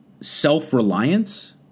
self-reliance